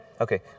Okay